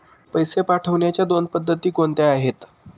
पैसे पाठवण्याच्या दोन पद्धती कोणत्या आहेत?